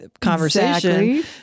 conversation